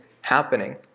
happening